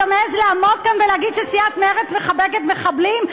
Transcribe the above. אתה מעז לעמוד כאן ולהגיד שסיעת מרצ מחבקת מחבלים?